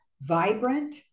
vibrant